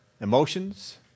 Emotions